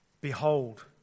behold